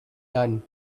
done